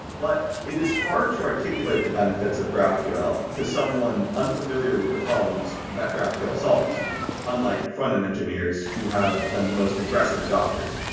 but it is hard to articulate the benefits of grophql to someone unfamiliar with the problems that graphql solves unlike frontend engineers who have been the most aggressive adopters.